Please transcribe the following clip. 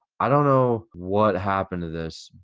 i don't know what happened to this.